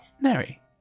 Neri